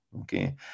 okay